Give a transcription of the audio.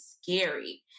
scary